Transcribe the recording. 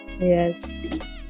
yes